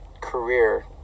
career